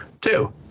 Two